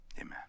Amen